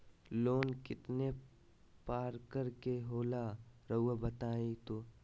Loan कितने पारकर के होला रऊआ बताई तो?